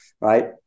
right